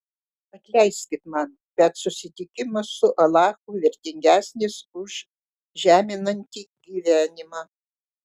atleiskit man bet susitikimas su alachu vertingesnis už žeminantį gyvenimą